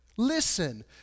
Listen